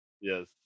yes